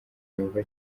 yumva